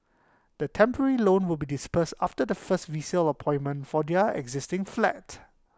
the temporary loan will be disbursed after the first resale appointment for their existing flat